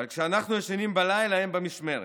אבל כשאנחנו ישנים בלילה, הם במשמרת,